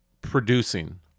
producing